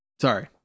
sorry